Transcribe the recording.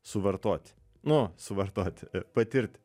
suvartoti nu suvartoti patirti